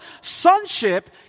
sonship